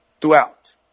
throughout